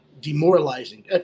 demoralizing